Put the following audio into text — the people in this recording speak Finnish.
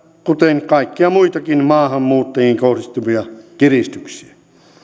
kuten kaikkia muitakin maahanmuuttajiin kohdistuvia kiristyksiä